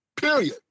period